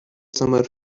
summer